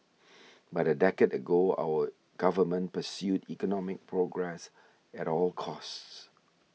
but a decade ago our Government pursued economic progress at all costs